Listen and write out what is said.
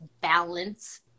balance